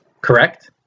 Correct